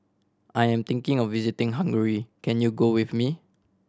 I am thinking of visiting Hungary can you go with me